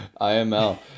IML